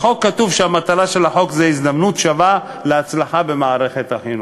בחוק כתוב שהמטרה של החוק היא הזדמנות שווה להצלחה במערכת החינוך.